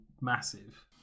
massive